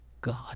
God